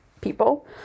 people